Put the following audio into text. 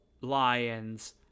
lions